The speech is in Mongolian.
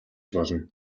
болно